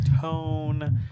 tone